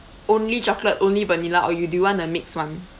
only chocolate only vanilla or you do you want a mixed one